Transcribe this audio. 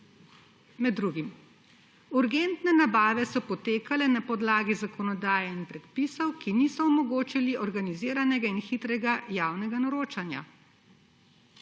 Med drugim: »Urgentne nabave so potekale na podlagi zakonodaje in predpisov, ki niso omogočili organiziranega in hitrega javnega naročanja.«